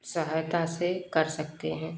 सहायता से कर सकते हैं